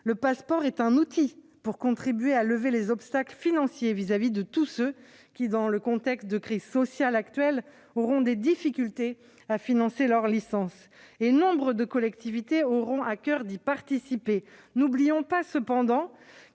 Le Pass'Sport est un outil qui peut contribuer à lever les obstacles financiers pour tous ceux qui, dans le contexte de crise sociale actuelle, auront des difficultés à payer leur licence. Nombre de collectivités auront à coeur d'y participer. N'oublions pas cependant